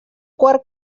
quart